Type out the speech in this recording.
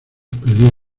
perdidos